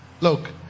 Look